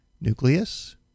nucleus